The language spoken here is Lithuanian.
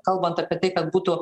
kalbant apie tai kad būtų